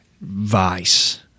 vice